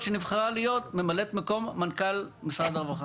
שנבחרה להיות ממלאת מקום מנכ"ל משרד הרווחה.